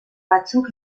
batzuk